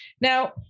Now